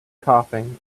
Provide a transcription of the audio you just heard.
coughing